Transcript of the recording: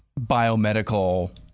biomedical